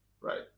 right